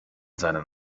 seinen